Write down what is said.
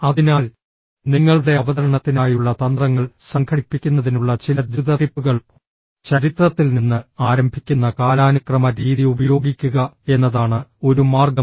അതിനാൽ നിങ്ങളുടെ അവതരണത്തിനായുള്ള തന്ത്രങ്ങൾ സംഘടിപ്പിക്കുന്നതിനുള്ള ചില ദ്രുത ടിപ്പുകൾ ചരിത്രത്തിൽ നിന്ന് ആരംഭിക്കുന്ന കാലാനുക്രമ രീതി ഉപയോഗിക്കുക എന്നതാണ് ഒരു മാർഗം